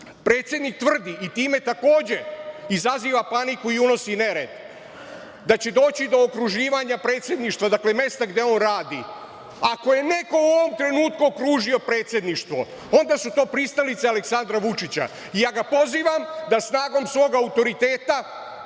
Skupštine. Predsednik tvrdi i time takođe izaziva paniku i unosi nered, da će doći do okruživanje predsedništva, dakle, mesta gde on radi. Ako je neko u ovom trenutku okružio predsedništvo, onda su to pristalice Aleksandra Vučića. Ja ga pozivam da snagom svog autoriteta